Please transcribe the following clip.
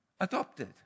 adopted